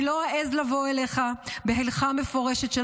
אני לא אעז לבוא אליך בהלכה מפורשת של